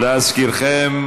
להזכירכם,